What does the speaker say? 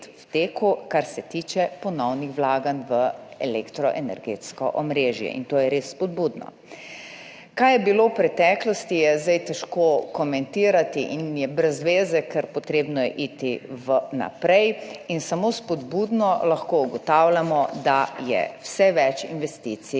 v teku, kar se tiče ponovnih vlaganj v elektroenergetsko omrežje, in to je res spodbudno. Kaj je bilo v preteklosti, je zdaj težko komentirati in je brez zveze, ker je potrebno iti naprej. Samo spodbudno lahko ugotavljamo, da je vse več investicij